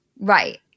Right